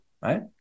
Right